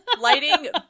Lighting